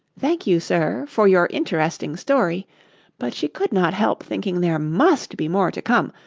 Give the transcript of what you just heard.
thank you, sir, for your interesting story but she could not help thinking there must be more to come,